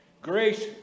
Grace